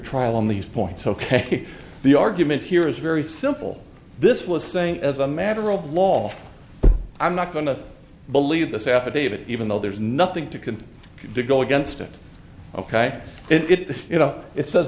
trial on these points ok the argument here is very simple this was saying as a matter of law i'm not going to believe this affidavit even though there's nothing to continue to go against it ok it you know it says